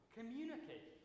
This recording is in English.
Communicate